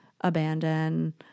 abandon